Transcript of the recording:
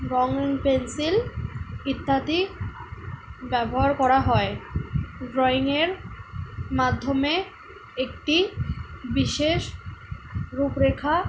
রঙ and pencil ইত্যাদি ব্যবহার করা হয় ড্রয়িংয়ের মাধ্যমে একটি বিশেষ রূপরেখা